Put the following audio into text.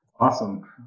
Awesome